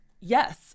Yes